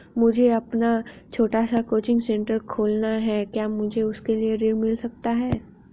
मुझे अपना छोटा सा कोचिंग सेंटर खोलना है क्या मुझे उसके लिए ऋण मिल सकता है?